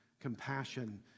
compassion